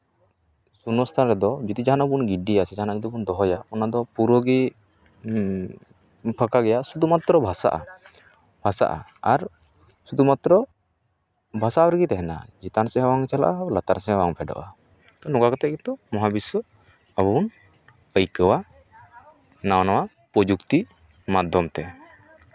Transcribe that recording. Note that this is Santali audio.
ᱥᱩᱱᱱᱚᱥᱛᱷᱟᱱ ᱨᱮᱫᱚ ᱡᱩᱫᱤ ᱡᱟᱦᱟᱱᱟᱜ ᱵᱚᱱ ᱜᱤᱰᱤᱭᱟ ᱥᱮ ᱡᱟᱦᱟᱱᱟᱜ ᱡᱩᱫᱤ ᱵᱚᱱ ᱫᱚᱦᱚᱭᱟ ᱚᱱᱟ ᱫᱚ ᱯᱩᱨᱟᱹᱜᱮ ᱯᱷᱟᱠᱟ ᱜᱮᱭᱟ ᱥᱩᱫᱷᱩ ᱢᱟᱛᱨᱚ ᱵᱷᱟᱥᱟᱜᱼᱟ ᱵᱷᱟᱥᱟᱜᱼᱟ ᱟᱨ ᱥᱩᱫᱷᱩ ᱢᱟᱛᱨᱚ ᱵᱷᱟᱥᱟᱣ ᱨᱮᱜᱮ ᱛᱟᱦᱮᱱᱟ ᱪᱮᱛᱟᱱ ᱥᱮᱜ ᱦᱚᱸ ᱵᱟᱝ ᱪᱟᱞᱟᱜᱼᱟ ᱞᱟᱛᱟᱨ ᱥᱮᱜ ᱦᱚᱸ ᱵᱟᱝ ᱯᱷᱮᱰᱚᱜᱼᱟ ᱛᱳ ᱱᱚᱝᱠᱟ ᱠᱟᱛᱮᱜ ᱜᱮᱛᱚ ᱢᱚᱦᱟ ᱵᱤᱥᱥᱚ ᱟᱵᱚ ᱵᱚᱱ ᱟᱹᱭᱠᱟᱹᱣᱟ ᱱᱟᱣᱟ ᱱᱟᱣᱟ ᱯᱨᱚᱡᱩᱠᱛᱤ ᱢᱟᱫᱽᱫᱷᱚᱢ ᱛᱮ